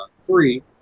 three